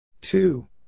Two